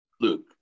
Luke